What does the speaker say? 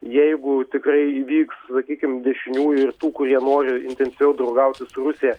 jeigu tikrai įvyks sakykim dešiniųjų ir tų kurie nori intensyviau draugauti su rusija